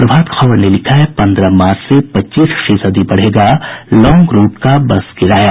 प्रभात खबर ने लिखा है पन्द्रह मार्च से पच्चीस फीसदी बढ़ेगा लांग रूट का बस किराया